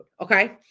Okay